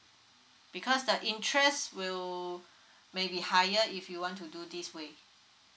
because the interest will may be higher if you want to do this way